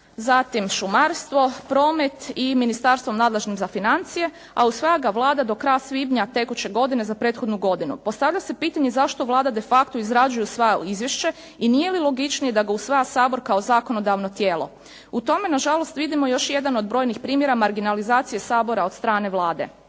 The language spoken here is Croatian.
zatim šumarstvo, promet i ministarstvom nadležnim za financije a usvaja ga Vlada do kraja svibnja tekuće godine za prethodnu godinu. Postavlja se pitanje zašto Vlada de facto izrađuje i usvaja izvješće i nije li logičnije da ga usvaja Sabor kao zakonodavno tijelo. U tome nažalost vidimo još jedan od brojnih primjera marginalizacije Sabora od strane Vlade.